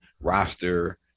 roster